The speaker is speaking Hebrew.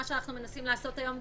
מה שאנחנו מנסים לעשות היום,